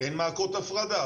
אין מעקות הפרדה.